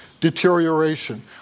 deterioration